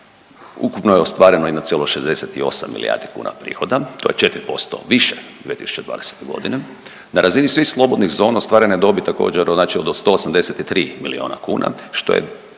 ukupno je ostvareno 1,68 milijardi kuna prihoda, to je 4% više 2020. g., na razini svih slobodnih zona ostvarena je dobit također, od znači 183 milijuna kuna, što je